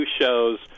shows